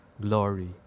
Glory